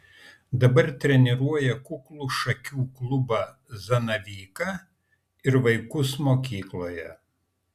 dabar treniruoja kuklų šakių klubą zanavyką ir vaikus mokykloje